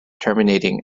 terminating